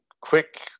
quick